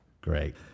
Great